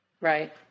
Right